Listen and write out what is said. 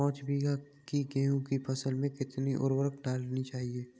पाँच बीघा की गेहूँ की फसल में कितनी उर्वरक डालनी चाहिए?